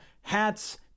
Hats